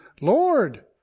Lord